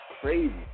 crazy